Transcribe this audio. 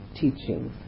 teachings